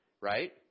right